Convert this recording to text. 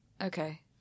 Okay